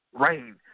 rain